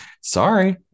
sorry